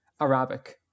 Arabic